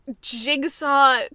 jigsaw